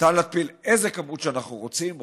ניתן להתפיל איזו כמות שאנחנו רוצים,